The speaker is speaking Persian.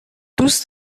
دوست